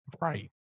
Right